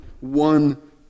one